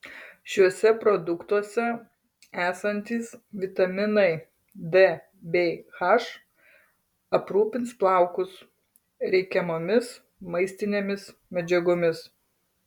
šiuose produktuose esantys vitaminai d bei h aprūpins plaukus reikiamomis maistinėmis medžiagomis